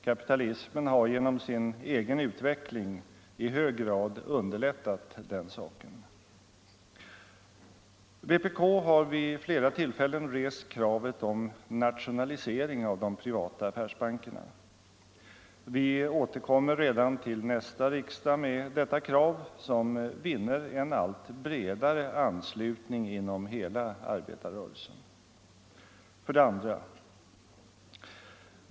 Kapitalismen har genom sin egen utveckling i hög grad underlättat den saken. Vpk har vid flera tillfällen rest kravet på nationalisering av de privata affärsbankerna. Vi återkommer redan till nästa års riksmöte med detta krav, som vinner en allt bredare anslutning inom hela arbetarrörelsen. 2.